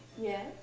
Yes